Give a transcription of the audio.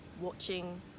watching